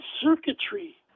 circuitry